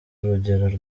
urugero